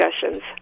discussions